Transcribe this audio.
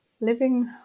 Living